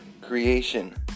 creation